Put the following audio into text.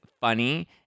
funny